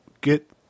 get